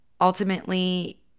ultimately